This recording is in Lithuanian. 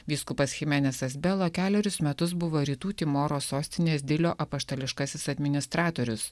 vyskupas chimenesas belo kelerius metus buvo rytų timoro sostinės dilio apaštališkasis administratorius